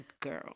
girl